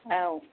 औ